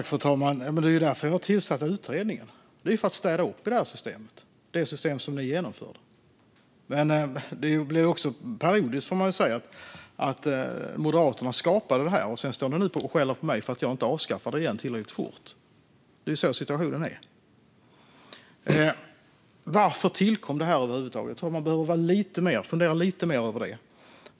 Fru talman! Jag har tillsatt utredningen för att städa upp i det system som ni genomförde. Det blir parodiskt, får man ändå säga, att Moderaterna skapade det här, och nu står du, Arin Karapet, och skäller på mig för att jag inte avskaffar det tillräckligt fort. Det är så situationen är. Varför tillkom det här över huvud taget? Jag tror att man behöver fundera lite mer över det.